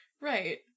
right